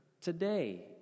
Today